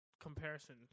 comparison